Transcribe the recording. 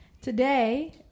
Today